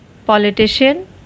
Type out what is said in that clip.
politician